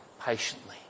patiently